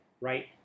right